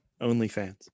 OnlyFans